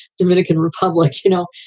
dominican republic. you know,